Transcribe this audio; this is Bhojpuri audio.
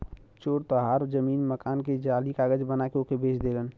चोर तोहार जमीन मकान के जाली कागज बना के ओके बेच देलन